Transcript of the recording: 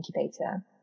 incubator